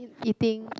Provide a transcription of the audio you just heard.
eating